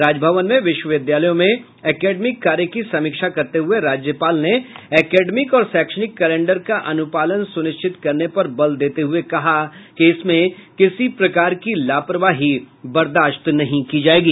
राजभवन में विश्वविद्यालयों में एकेडमिक कार्य की समीक्षा करते हये राज्यपाल ने एकेडमिक और शैक्षणिक कैलेण्डर का अनुपालन सुनिश्चित करने पर बल देते हुये कहा कि इसमें किसी प्रकार की लापरवाही बर्दाश्त नहीं की जायेगी